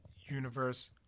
universe